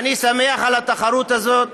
ואני שמח על התחרות הזאת,